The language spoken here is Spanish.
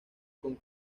con